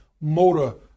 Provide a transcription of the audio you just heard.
motor